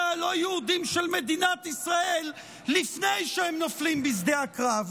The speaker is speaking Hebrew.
הלא-יהודים של מדינת ישראל לפני שהם נופלים בשדה הקרב.